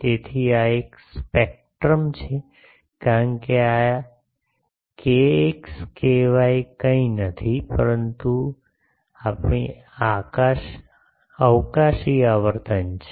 તેથી આ એક સ્પેક્ટ્રમ છે કારણ કે આ કેએક્સ ky કંઈ નથી પરંતુ આપણી અવકાશી આવર્તન છે